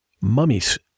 mummies